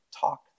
talk